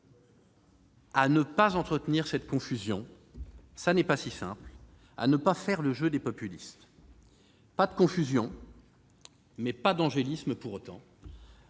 à ne pas entretenir cette confusion- ce n'est pas si simple -et à ne pas faire le jeu des populistes. Pas de confusion, mais pas d'angélisme pour autant